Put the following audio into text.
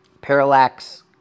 parallax